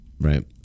Right